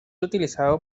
utilizado